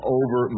over